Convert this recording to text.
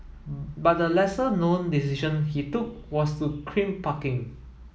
but a lesser known decision he took was to crimp parking